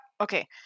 okay